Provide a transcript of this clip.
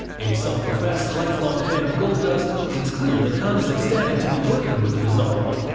a self-professed life long fan of goldust, it's clear that khan is ecstatic to be working with the bizarre one,